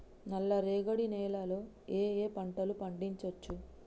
నల్లరేగడి నేల లో ఏ ఏ పంట లు పండించచ్చు?